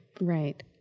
Right